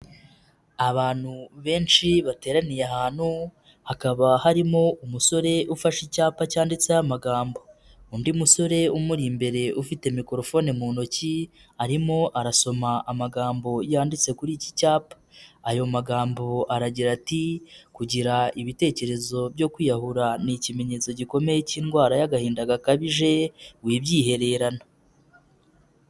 Abantu benshi bateraniye ahantu hakaba harimo umusore ufashe icyapa cyanditseho amagambo, undi musore umuri imbere ufite mikorofone mu ntoki arimo arasoma amagambo yanditse kuri iki cyapa, ayo magambo aragira ati: "Kugira ibitekerezo byo kwiyahura ni ikimenyetso gikomeye k'indwara y'agahinda gakabije, wibyihererana."